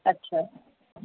अच्छा